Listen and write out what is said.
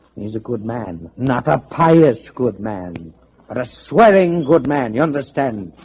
he's a good man. not a pious good man, but a swearing good man. you understand.